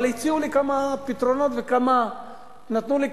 אבל הציעו לי כמה פתרונות ונתנו לי,